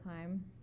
time